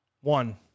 One